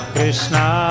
Krishna